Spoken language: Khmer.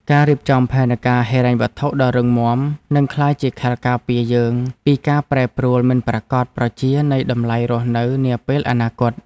ការរៀបចំផែនការហិរញ្ញវត្ថុដ៏រឹងមាំនឹងក្លាយជាខែលការពារយើងពីការប្រែប្រួលមិនប្រាកដប្រជានៃតម្លៃរស់នៅនាពេលអនាគត។